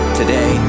today